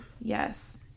Yes